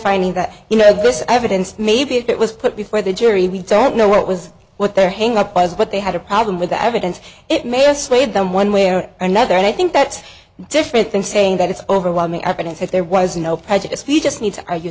finding that you know this evidence maybe it was put before the jury we don't know what was what their hang up was but they had a problem with the evidence it may or swayed them one way or another and i think that's different than saying that it's overwhelming evidence that there was no prejudice view just need